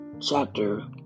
Chapter